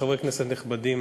חברי כנסת נכבדים,